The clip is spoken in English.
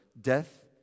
death